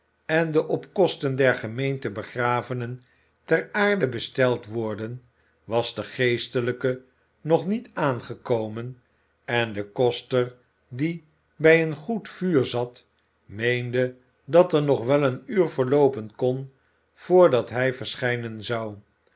en de op kosten der gemeente begravenen ter aarde besteld worden was de geestelijke nog niet aangekomen en de koster die bij een goed vuur zat meende dat er nog wel een uur verloopen kon voordat hij verschijnen zou